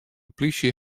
plysje